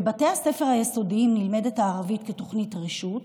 בבתי הספר היסודיים נלמדת הערבית כתוכנית רשות,